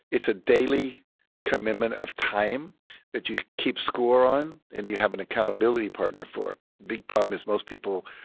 it's a daily commitment of time that you keep score on and you have an accountability partner for big problem is, most people,